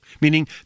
Meaning